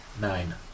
Nine